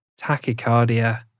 tachycardia